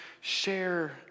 share